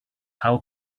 how